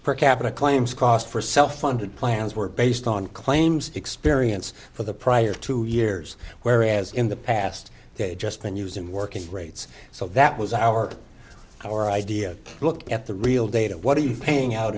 per capita claims cost for self funded plans were based on claims experience for the prior two years whereas in the past they'd just been using working rates so that was our our idea look at the real data what are you paying out